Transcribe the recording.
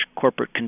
corporate